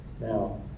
Now